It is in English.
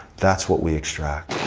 that's what we extract.